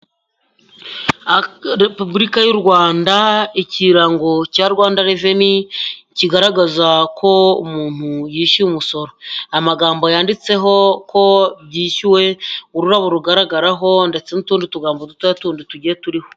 Repubulika y' u Rwanda, ikirango cya Rwanda reveni, kigaragaza ko umuntu yishyuye umusoro, amagambo yanditseho ko byishyuwe, ururabo rugaragaraho ndetse n'utundi tugambo dutoya tundi tugiye turiho.